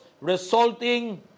resulting